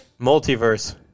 Multiverse